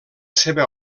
seva